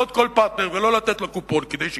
וכמה זמן נוכל לדחות כל פרטנר ולא לתת לו קופון כדי שיתחזק,